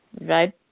Right